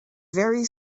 very